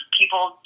people